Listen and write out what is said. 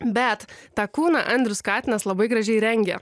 bet tą kūną andrius katinas labai gražiai rengia